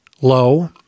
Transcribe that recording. low